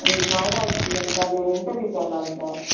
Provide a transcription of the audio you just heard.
త్వరగా ఇప్పియండి సార్ నేను ఇంటర్వ్యూకి వెళ్ళాలి సార్